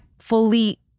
fully